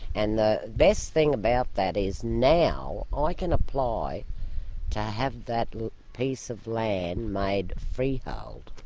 and the best thing about that is now i can apply to have that piece of land made freehold.